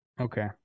Okay